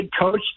coach